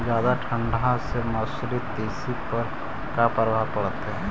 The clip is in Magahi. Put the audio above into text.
जादा ठंडा से मसुरी, तिसी पर का परभाव पड़तै?